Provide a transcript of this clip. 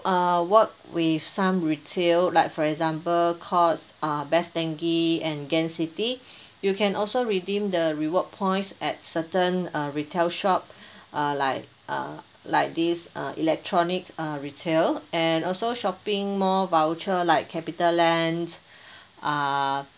uh work with some retail like for example courts uh best denki and gain city you can also redeem the reward points at certain uh retail shop uh like uh like this uh electronic uh retail and also shopping mall voucher like capitaland uh